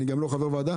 אני גם לא חבר ועדה,